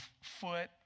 foot